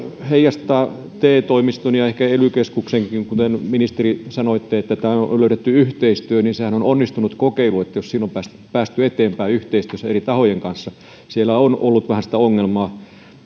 heijastaa te toimistossa ja ehkä ely keskuksessakin se kuten ministeri sanoitte se että tähän on löydetty yhteistyö sehän on onnistunut kokeilu jos siinä on päästy eteenpäin yhteistyössä eri tahojen kanssa siellä on ollut vähän sitä ongelmaa